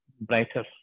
brighter